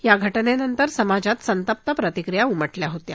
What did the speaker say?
या घटनेनंतर समाजात संतप्त प्रतिक्रिया उमटल्या होत्या